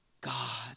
God